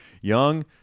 young